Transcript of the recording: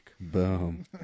Boom